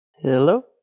Hello